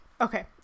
Okay